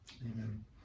Amen